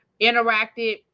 interacted